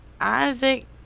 Isaac